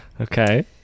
Okay